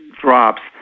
drops